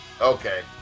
okay